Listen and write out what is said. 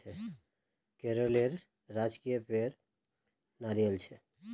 केरलेर राजकीय पेड़ नारियल छे